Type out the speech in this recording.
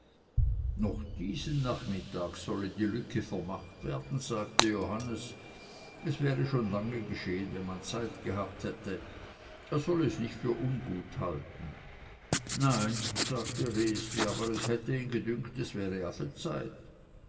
noch diesen nachmittag solle die lücke vermacht werden sagte johannes es wäre schon lange geschehen wenn man zeit gehabt hätte er solle es nicht für ungut halten nein sagte resli aber es hätte ihn gedünkt es wäre afe zeit